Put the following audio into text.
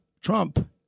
Trump